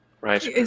Right